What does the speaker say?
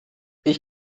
ich